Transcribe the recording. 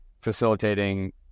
facilitating